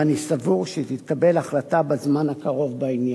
ואני סבור שתתקבל החלטה בזמן הקרוב בעניין.